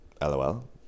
lol